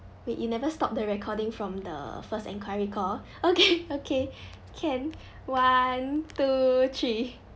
wait you never stop the recording from the first inquiry call okay okay can one two three